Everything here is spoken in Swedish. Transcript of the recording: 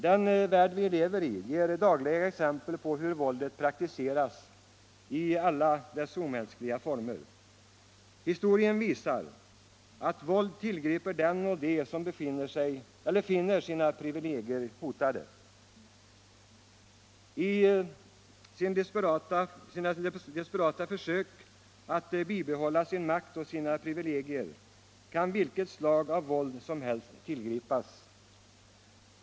Den värld LE vi lever i ger dagliga exempel på hur våldet praktiseras i alla dess omänsk = Fortsatt giltighet av liga former. Historien visar att våld tillgriper den och de som finner = den s.k. terroristsina privilegier hotade. I sina desperata försök att behålla sin makt och lagen sina privilegier kan vilket slag av våld som helst tillgripas.